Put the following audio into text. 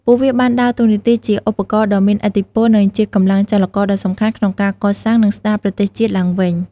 ពួកវាបានដើរតួនាទីជា ឧបករណ៍ដ៏មានឥទ្ធិពល និងជាកម្លាំងចលករដ៏សំខាន់ក្នុងការកសាង និងស្ដារប្រទេសជាតិឡើងវិញ។